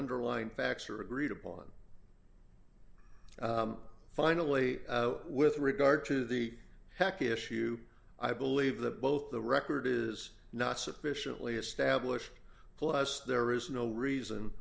underlying facts are agreed upon finally with regard to the hacky issue i believe that both the record is not sufficiently established plus there is no reason